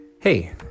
Hey